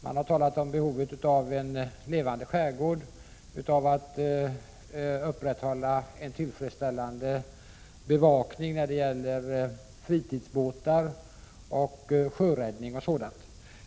Man har talat om behovet av en levande skärgård och upprätthållandet av en tillfredsställande bevakning när det gäller fritidsbåtar och sjöräddning, m.m.